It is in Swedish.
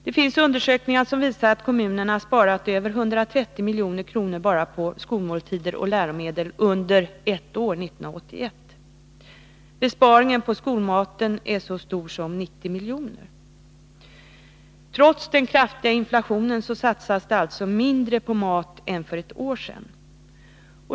Det finns undersökningar som visar på att kommunerna sparat över 130 milj.kr. bara på skolmåltider och läromedel under ett år — 1981. Besparingen på skolmaten är så stor som 90 miljoner. Trots den kraftiga inflationen satsas det alltså mindre på mat än för ett år sedan.